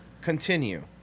Continue